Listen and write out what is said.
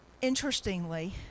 Interestingly